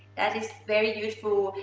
that is very useful,